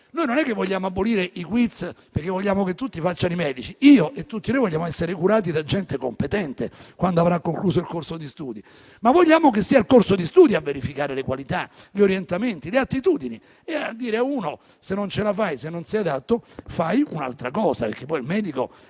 Non vogliamo abolire i quiz perché vogliamo che tutti facciano i medici. Tutti noi vogliamo essere curati da professionisti competenti quando avranno concluso il corso di studi, ma vogliamo che sia il corso di studi a verificare le qualità, gli orientamenti, le attitudini e a dire ad uno studente: se non ce la fai, se non sei adatto, fai altro. Questo perché un medico